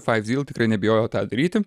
faiv zyl tikrai nebijojo tą daryti